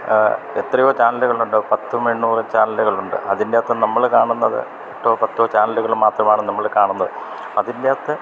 എത്രയോ ചാനലുകളുണ്ട് പത്തും എണ്ണൂറും ചാനലുകളുണ്ട് അതിൻ്റെ അകത്ത് നമ്മള് കാണുന്നത് എട്ടോ പത്തോ ചാനലുകള് മാത്രമാണ് നമ്മള് കാണുന്നത് അതിൻ്റെ അകത്ത്